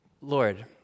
Lord